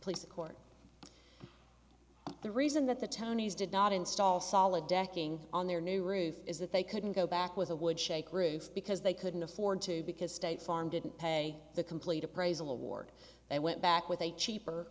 police court the reason that the townies did not install solid decking on their new roof is that they couldn't go back with a would shake roof because they couldn't afford to because state farm didn't pay the complete appraisal award they went back with a cheaper